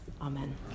Amen